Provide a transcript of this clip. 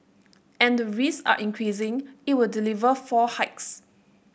and the risk are increasing it will deliver four hikes